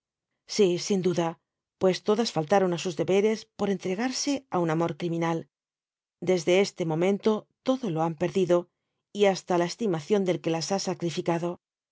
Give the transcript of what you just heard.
si sin duda pues todas faltaron á sus deberes por entregarse á un amor criminal desde este momento todo lo han perdido y hasta la estimación del que las ha sacrificado